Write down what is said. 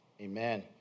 amen